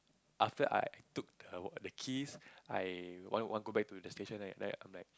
after I took the the keys I want want go back to the station right then I'm like